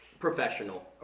Professional